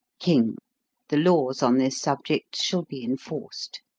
king the laws on this subject shall be enforced.